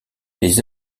les